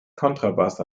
kontrabass